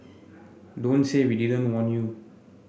don't say we didn't warn you